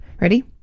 Ready